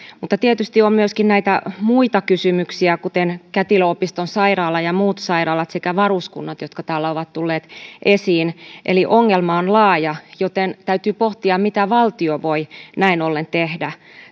mutta tietysti on myöskin näitä muita kysymyksiä kuten kätilöopiston sairaala ja muut sairaalat sekä varuskunnat jotka täällä ovat tulleet esiin eli ongelma on laaja joten täytyy pohtia mitä valtio voi näin ollen tehdä